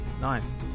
Nice